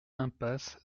impasse